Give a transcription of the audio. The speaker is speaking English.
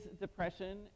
depression